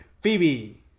Phoebe